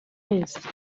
wese